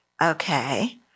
Okay